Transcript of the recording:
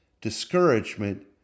discouragement